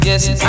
Yes